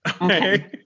Okay